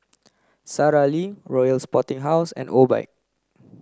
Sara Lee Royal Sporting House and Obike